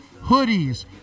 hoodies